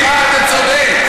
אלי, אתה צודק.